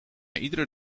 iedere